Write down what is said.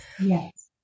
Yes